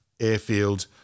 Airfield